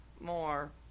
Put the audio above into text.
more